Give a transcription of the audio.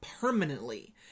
permanently